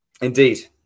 indeed